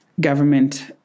Government